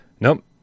nope